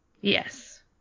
Yes